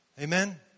Amen